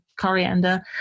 coriander